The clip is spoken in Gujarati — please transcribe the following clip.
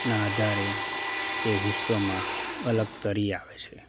ના આધારે તે વિશ્વમાં અલગ તરી આવે છે